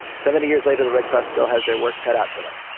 seventy years later, the red cross still has their work cut out for them.